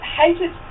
hated